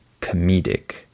comedic